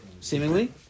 seemingly